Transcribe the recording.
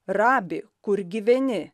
rabi kur gyveni